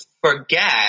forget